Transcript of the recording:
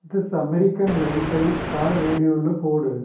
this American லைஃப்பை car ரேடியோவில் போடு